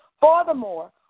Furthermore